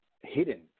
hidden